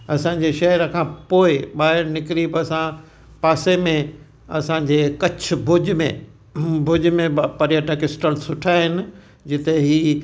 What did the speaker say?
असांजे शहेर खां पोइ ॿाहिरि निकिरी बि असां पासे में असांजे कच्छ भुॼ में भुॼ में बि पर्यटक स्थलु सुठा आहिनि जिते हीअ